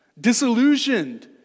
disillusioned